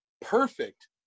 perfect